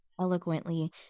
eloquently